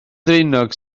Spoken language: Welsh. ddraenog